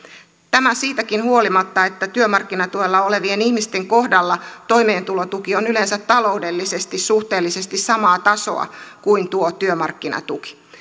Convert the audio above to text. tämä siitäkin huolimatta että työmarkkinatuella olevien ihmisten kohdalla toimeentulotuki on yleensä taloudellisesti suhteellisesti samaa tasoa kuin tuo työmarkkinatuki